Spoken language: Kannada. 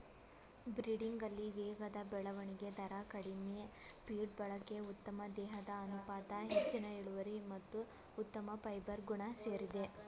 ಬ್ರೀಡಿಂಗಲ್ಲಿ ವೇಗದ ಬೆಳವಣಿಗೆ ದರ ಕಡಿಮೆ ಫೀಡ್ ಬಳಕೆ ಉತ್ತಮ ದೇಹದ ಅನುಪಾತ ಹೆಚ್ಚಿನ ಇಳುವರಿ ಮತ್ತು ಉತ್ತಮ ಫೈಬರ್ ಗುಣ ಸೇರಿದೆ